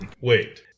Wait